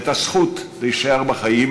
הזכות להישאר בחיים